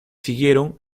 siguieron